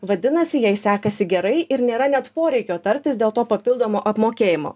vadinasi jai sekasi gerai ir nėra net poreikio tartis dėl to papildomo apmokėjimo